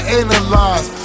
analyze